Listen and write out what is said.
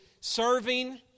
serving